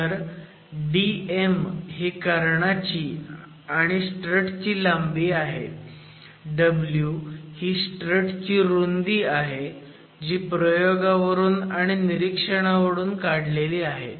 तर dm ही कर्णा ची आणि स्ट्रट ची लांबी आहे w ही स्ट्रट ची रुंदी आहे जी प्रयोगावरून आणि निरीक्षणावरून काढली आहे